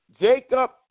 Jacob